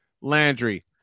Landry